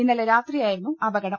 ഇന്നലെ രാത്രിയാ യിരുന്നു അപകടം